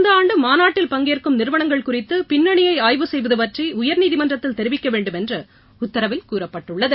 இந்த ஆண்டு மாநாட்டில் பங்கேற்கும் நிறுவனங்கள் குறித்து பின்னணியை ஆய்வு செய்வது பற்றி உயர்நீதிமன்றத்தில் தெரிவிக்க வேண்டும் என்று உத்தரவில் கூறப்பட்டுள்ளது